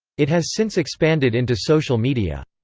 it has since expanded into social media.